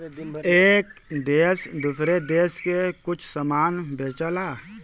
एक देस दूसरे देस के कुछ समान बेचला